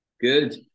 Good